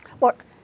Look